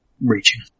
reaching